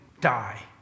die